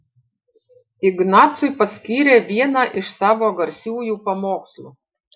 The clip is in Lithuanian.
ignacui paskyrė vieną iš savo garsiųjų pamokslų